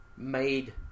made